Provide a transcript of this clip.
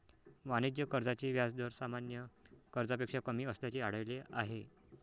वाणिज्य कर्जाचे व्याज दर सामान्य कर्जापेक्षा कमी असल्याचे आढळले आहे